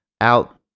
out